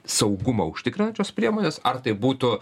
saugumą užtikrinančios priemonės ar tai būtų